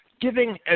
giving